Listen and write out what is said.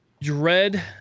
dread